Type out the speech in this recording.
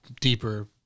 deeper